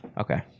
Okay